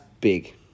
big